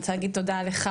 אני רוצה להגיד תודה לך,